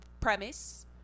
premise